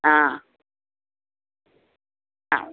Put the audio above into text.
ஆ ஆ